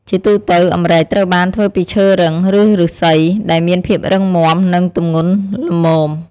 ជាទូទៅ អម្រែកត្រូវបានធ្វើពីឈើរឹង ឬឫស្សីដែលមានភាពរឹងមាំ និងទម្ងន់ល្មម។